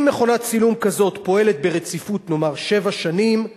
אם מכונת צילום כזאת פועלת ברציפות שבע שנים,